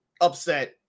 upset